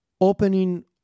opening